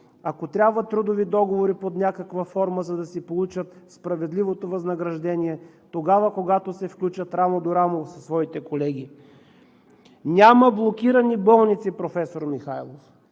ако трябва трудови договори под някаква форма, за да си получат справедливото възнаграждение тогава, когато се включат рамо до рамо със своите колеги. Няма блокирани болници, професор Михайлов.